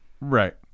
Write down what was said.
Right